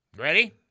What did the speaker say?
ready